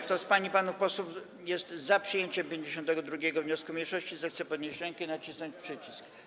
Kto z pań i panów posłów jest za przyjęciem 52. wniosku mniejszości, zechce podnieść rękę i nacisnąć przycisk.